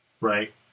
right